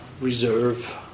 reserve